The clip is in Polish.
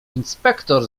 inspektor